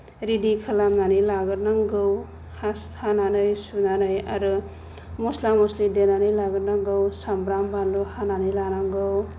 ready खालामनानै लाग्रोनांगौ हानानै सुनानै आरो मस्ला मस्लि देनानै लाग्रोनांगौ सामब्राम बानलु हानानै लानांगौ